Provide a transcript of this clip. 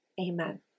Amen